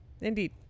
indeed